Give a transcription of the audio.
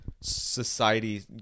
society